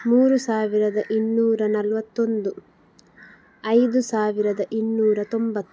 ಮೂರು ಸಾವಿರದ ಇನ್ನೂರ ನಲ್ವತ್ತೊಂದು ಐದು ಸಾವಿರದ ಇನ್ನೂರ ತೊಂಬತ್ತು